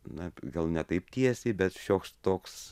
na gal ne taip tiesiai bet šioks toks